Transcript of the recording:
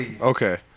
Okay